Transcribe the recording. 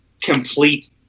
complete